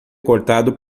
cortado